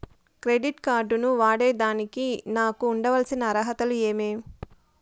Credit card ను వాడేదానికి నాకు ఉండాల్సిన అర్హతలు ఏమి?